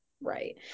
right